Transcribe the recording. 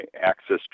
access